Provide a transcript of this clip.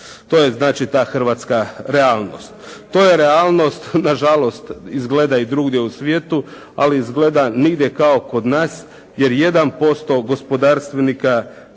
To je znači ta hrvatska realnost. To je realnost na žalost izgleda i drugdje u svijetu, ali izgleda nigdje kao kod nas, jer 1% gospodarstvenika